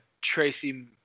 Tracy